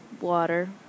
water